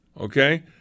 Okay